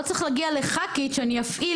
לא צריך להגיע לחברת כנסת כדי שאני אפעיל,